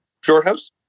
Shorthouse